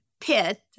pit